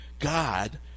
God